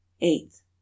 eighth